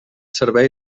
servei